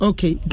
Okay